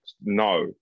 no